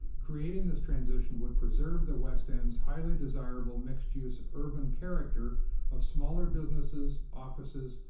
creating this transition would preserve the west end's highly desirable mixed use urban character of smaller businesses, offices,